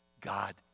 God